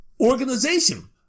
organization